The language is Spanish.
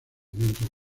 mientras